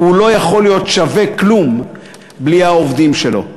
הוא לא יכול להיות שווה כלום בלי העובדים שלו.